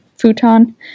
futon